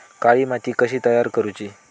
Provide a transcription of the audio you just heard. काळी माती कशी तयार करूची?